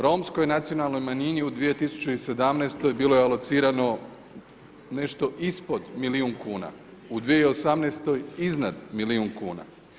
Romskoj nacionalnoj manjini u 2017. bilo je alocirano nešto ispod milijun kuna, u 2018. iznad milijun kuna.